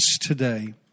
today